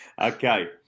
Okay